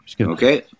Okay